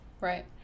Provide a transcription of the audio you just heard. Right